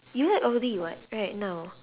you like audi [what] right now